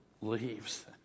leaves